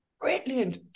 brilliant